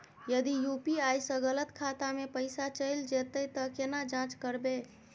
यदि यु.पी.आई स गलत खाता मे पैसा चैल जेतै त केना जाँच करबे?